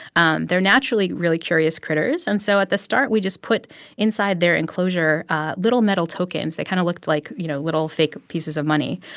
and they're naturally really curious critters. and so at the start, we just put inside their enclosure little metal tokens that kind of looked like, you know, little fake pieces of money.